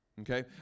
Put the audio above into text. Okay